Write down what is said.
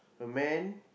a man